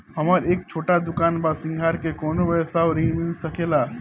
हमर एक छोटा दुकान बा श्रृंगार के कौनो व्यवसाय ऋण मिल सके ला?